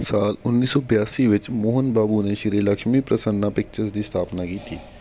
ਸਾਲ ਉੱਨੀ ਸੌ ਬਿਆਸੀ ਵਿੱਚ ਮੋਹਨ ਬਾਬੂ ਨੇ ਸ੍ਰੀ ਲਕਸ਼ਮੀ ਪ੍ਰਸੰਨਾ ਪਿਕਚਰਜ਼ ਦੀ ਸਥਾਪਨਾ ਕੀਤੀ